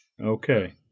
okay